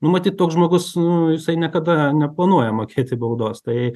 nu matyt toks žmogus nu jisai niekada neplanuoja mokėti baudos tai